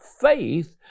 faith